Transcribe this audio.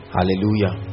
Hallelujah